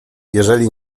jeżeli